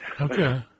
Okay